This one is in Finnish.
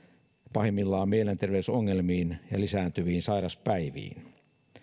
pahimmillaan mielenterveysongelmiin ja lisääntyviin sairaspäiviin